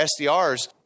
SDRs